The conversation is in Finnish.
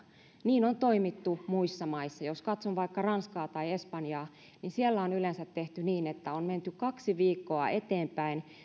niin on toimittu muissa maissa jos katson vaikka ranskaa tai espanjaa niin siellä on yleensä tehty niin että on menty kaksi viikkoa eteenpäin